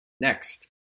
Next